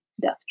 death